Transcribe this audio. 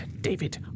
David